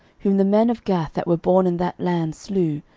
whom the men of gath that were born in that land slew,